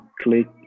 click